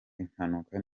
impamvu